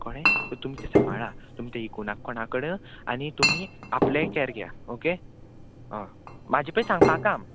कळ्ळे तुमी तें सामाळा तुमचें इकूनाक कोणा कडेन आनी तुमी आपलेंय कॅर घेया ओके हय म्हाजे पळय सांगपा काम